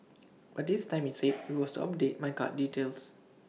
but this time IT said IT was to update my card details